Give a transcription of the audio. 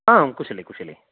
आं कुशली कुशली